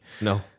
No